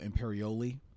Imperioli